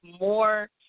more